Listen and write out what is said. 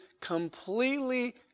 completely